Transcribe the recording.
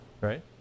right